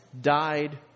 died